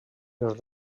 els